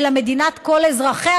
אלא מדינת כל אזרחיה.